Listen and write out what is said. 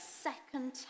second